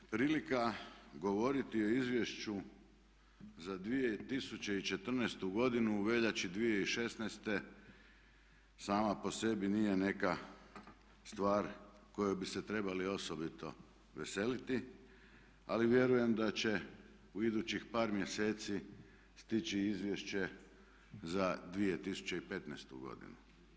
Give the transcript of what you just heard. Prilika govoriti o izvješću za 2014. godinu u veljači 2016. sama po sebi nije neka stvar kojoj bi se trebali osobito veseliti, ali vjerujem da će u idućih par mjeseci stići izvješće za 2015. godinu.